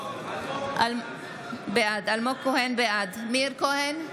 בעד מאיר כהן,